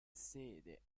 sede